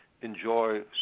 enjoy